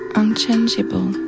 unchangeable